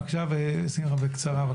בבקשה, שמחה, בקצרה.